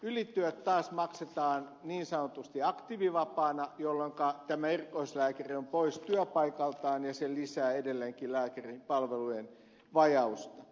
ylityöt taas maksetaan niin sanotusti aktiivivapaana jolloinka tämä erikoislääkäri on pois työpaikaltaan ja se lisää edelleenkin lääkäripalvelujen vajausta